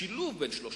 השילוב של שלושתן,